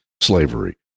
slavery